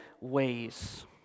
ways